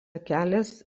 kelias